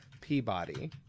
peabody